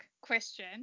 question